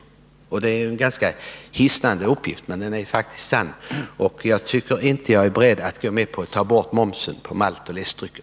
Detta är en ganska hissnande uppgift, men den är faktiskt sann, och jag är inte beredd att gå med på att ta bort momsen på maltoch läskedrycker.